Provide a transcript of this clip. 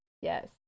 Yes